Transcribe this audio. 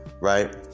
right